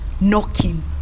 knocking